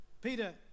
Peter